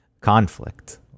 conflict